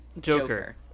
Joker